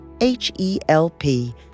H-E-L-P